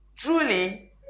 Truly